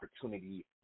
opportunity